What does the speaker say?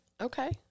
Okay